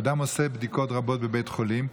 אדם עושה בדיקות רבות בבית חולים,